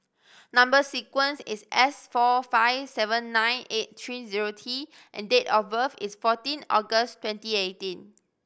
number sequence is S four five seven nine eight three zero T and date of birth is fourteen August twenty eighteen